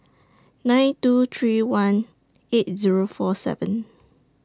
nine two three one eight Zero four seven